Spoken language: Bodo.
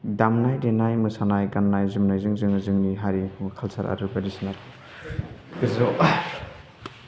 दामनाय देनाय मोसानाय गाननाय जोमनायजों जोङो जोंनि हारिनि काल्सार आरो बायदिसिना गेजेराव